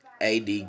AD